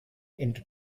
into